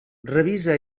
revisa